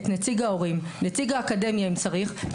נציג ההורים ונציג האקדמיה אם צריך,